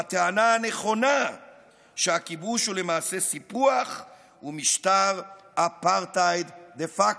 בטענה הנכונה שהכיבוש הוא למעשה סיפוח ומשטר אפרטהייד דה פקטו.